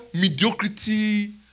mediocrity